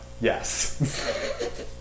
yes